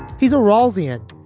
he's a roseate.